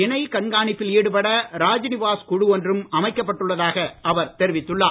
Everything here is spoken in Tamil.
இணை கண்காணிப்பில் ஈடுபட ராஜ்நிவாஸ் ஒன்றும் குழு அமைக்கப்பட்டுள்ளதாக அவர் தெரிவித்துள்ளார்